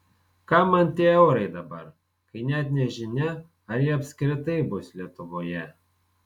kam man tie eurai dabar kai net nežinia ar jie apskritai bus lietuvoje